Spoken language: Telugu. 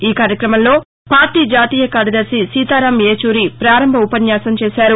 ఈ కార్యక్రమంలో పార్లీ జాతీయ కార్యదర్ని సీతారాం ఏచూరి పారంభ ఉపన్యాసం చేశారు